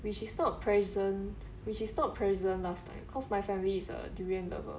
which is not present which is not present last time cause my family is a durian lover